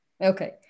Okay